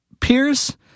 peers